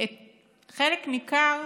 חלק ניכר